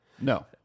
No